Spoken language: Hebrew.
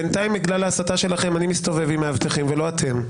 בינתיים בגלל ההסתה שלכם אני מסתובב עם מאבטחים ולא אתם.